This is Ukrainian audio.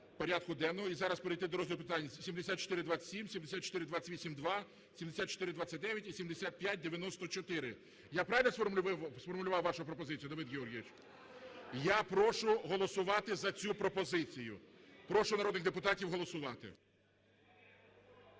порядку денного і зараз перейти до розгляду питань (7427, 7428-2, 7429 і 7594). Я правильно сформулював вашу пропозицію, Давид Георгійович? Я прошу голосувати за цю пропозицію Прошу народних депутатів голосувати.